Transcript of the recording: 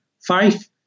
five